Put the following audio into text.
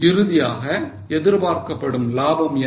இறுதியாக எதிர்பார்க்கப்படும் லாபம் என்ன